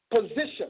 position